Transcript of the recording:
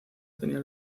tenía